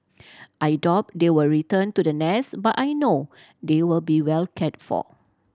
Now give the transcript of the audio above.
I doubt they will return to the nest but I know they will be well cared for